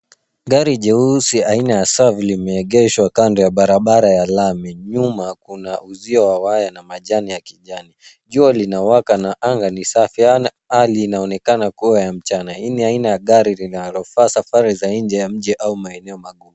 Gari jeusi aina ya suv limeegeshwa Kando ya barabara ya lami. Nyuma Kuna uzio wa waya na majani ya kijani. Jua linawaka na anga ni safi. Hali inaonekana kuwa ya mchana. Hii ni aina ya gari linalofaa safari za nje au maeneo makuu.